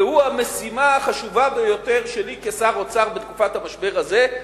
והוא המשימה החשובה ביותר שלי כשר האוצר בתקופת המשבר הזה,